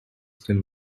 still